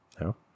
No